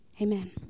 Amen